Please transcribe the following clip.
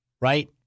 right